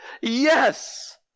yes